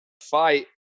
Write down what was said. fight